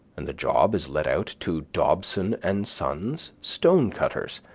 and the job is let out to dobson and sons, stonecutters.